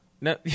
No